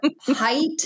height